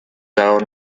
own